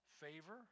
favor